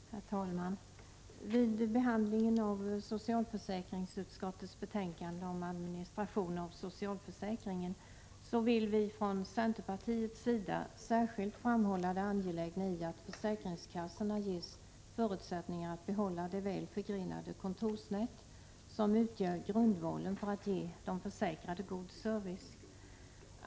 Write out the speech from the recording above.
Herr talman! Vid behandlingen av socialförsäkringsutskottets betänkande om administration av socialförsäkringen vill vi från centerpartiets sida särskilt framhålla det angelägna i att försäkringskassorna ges förutsättningar att behålla det väl förgrenade kontorsnät som utgör grundvalen för att ge de försäkrade god service.